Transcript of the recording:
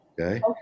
Okay